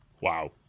Wow